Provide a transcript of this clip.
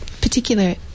particular